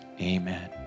Amen